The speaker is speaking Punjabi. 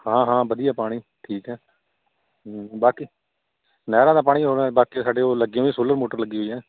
ਹਾਂ ਹਾਂ ਵਧੀਆ ਪਾਣੀ ਠੀਕ ਹੈ ਹੂੰ ਬਾਕੀ ਨਹਿਰਾਂ ਦਾ ਪਾਣੀ ਹੁਣ ਬਾਕੀ ਸਾਡੇ ਉਹ ਲੱਗੇ ਵੀਆਂ ਸੋਲਰ ਮੋਟਰ ਲੱਗੀ ਹੋਈ ਆ